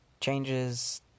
changes